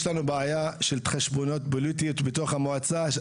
יש לנו בעיה של התחשבנויות פוליטיות בתוך המועצה.